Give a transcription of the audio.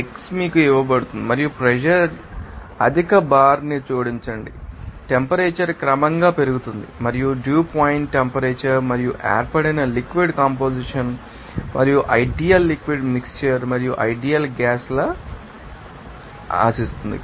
x మీకు ఇవ్వబడుతుంది మరియు ప్రెషర్ అధిక బార్ ని జోడించండి టెంపరేచర్ క్రమంగా పెరుగుతుంది మరియు డ్యూ పాయింట్ టెంపరేచర్ మరియు ఏర్పడిన లిక్విడ్ కంపొజిషన్ ఏమిటి మరియు ఐడియల్ లిక్విడ్ మిక్శ్చర్ మరియు ఐడియల్ గ్యాస్ లా ఆశిస్తుంది